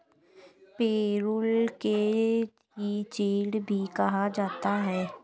पिरुल को ही चीड़ भी कहा जाता है